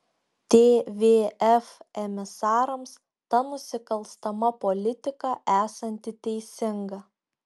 tvf emisarams ta nusikalstama politika esanti teisinga